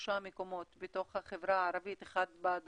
שלושה מקומות בתוך החברה הערבית אחד בדרום,